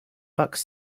bucks